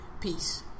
Peace